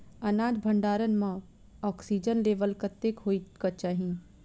अनाज भण्डारण म ऑक्सीजन लेवल कतेक होइ कऽ चाहि?